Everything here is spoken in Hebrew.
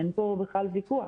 אין כאן בכלל ויכוח.